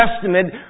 Testament